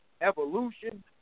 evolution